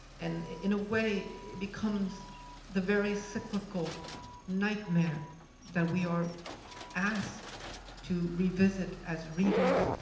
and in a way, it becomes the very cyclical nightmare that we are asked to revisit as readers.